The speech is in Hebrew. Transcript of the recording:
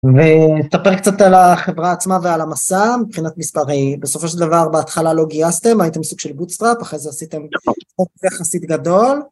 וספר קצת על החברה עצמה ועל המסע מבחינת מספרי. בסופו של דבר בהתחלה לא גייסתם, הייתם סוג של גוטסטראפ, אחרי זה עשיתם חופש יחסית גדול.